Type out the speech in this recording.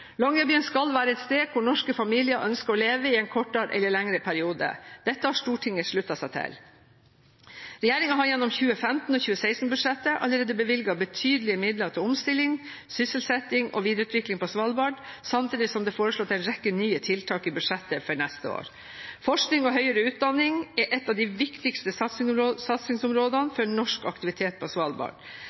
Longyearbyen skal være et sted hvor norske familier ønsker å leve i en kortere eller lengre periode. Dette har Stortinget sluttet seg til. Regjeringen har gjennom 2015- og 20l6-budsjettet allerede bevilget betydelige midler til omstilling, sysselsetting og videreutvikling på Svalbard, samtidig som det er foreslått en rekke nye tiltak i budsjettet for neste år. Forskning og høyere utdanning er et av de viktigste satsingsområdene for norsk aktivitet på Svalbard.